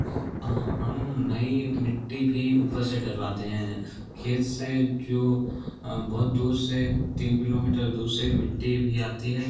वह हम नई मिट्टी भी ऊपर से डलवाते हैं खेत से जो बहुत दूर से तीन किलोमीटर दूर से मिट्टी भी आती है